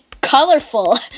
colorful